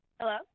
Hello